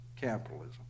capitalism